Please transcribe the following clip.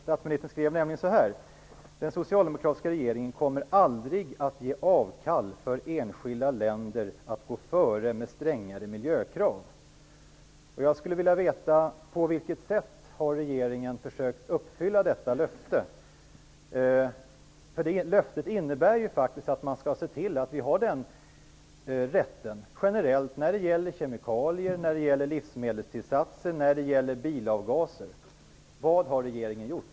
Statsministern skrev nämligen: Den socialdemokratiska regeringen kommer aldrig att ge avkall på rätten för enskilda länder att gå före med strängare miljökrav. Jag skulle vilja veta: På vilket sätt har regeringen försökt uppfylla detta löfte? Det är ju ett löfte. Det innebär faktiskt att man skall se till att vi har den rätten generellt - när det gäller kemikalier, när det gäller livsmedelstillsatser och när det gäller bilavgaser. Vad har regeringen gjort?